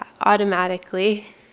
automatically